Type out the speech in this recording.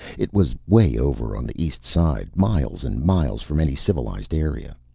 it was way over on the east side, miles and miles from any civilized area.